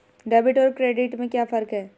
Debit और credit में क्या फर्क है?